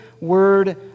word